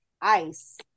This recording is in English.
ice